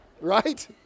right